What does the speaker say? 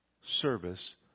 service